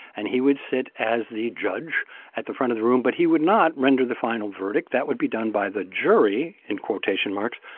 and he would sit as the judge at the front of the room, but he would not render the final verdict. that would be done by the jury, in quotation marks,